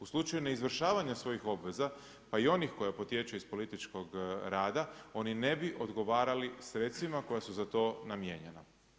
U slučaju neizvršavanja svojih obveza pa i onih koja potječu iz političkog rada oni ne bi odgovarali sredstvima koja su za to namijenjena.